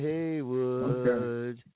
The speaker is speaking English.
Haywood